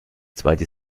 zweite